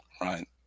Right